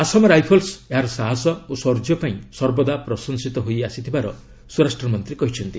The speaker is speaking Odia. ଆସାମ ରାଇଫଲ୍ସ ଏହାର ସାହସ ଓ ସୌର୍ଯ୍ୟ ପାଇଁ ସର୍ବଦା ପ୍ରଶଂସିତ ହୋଇ ଆସିଥିବାର ସ୍ୱରାଷ୍ଟ୍ରମନ୍ତ୍ରୀ କହିଛନ୍ତି